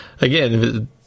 again